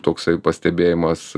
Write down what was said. toksai pastebėjimas